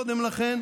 עוד קודם לכן,